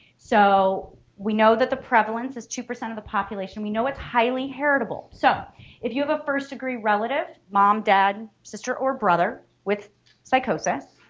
so we know that the prevalence is two percent of the population we know it's highly heritable. so if you have a first-degree relative mom, dad, sister, or brother with psychosis